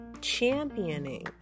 championing